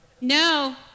No